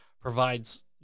provides